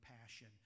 passion